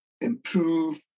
improve